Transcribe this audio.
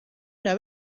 una